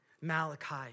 Malachi